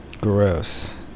Gross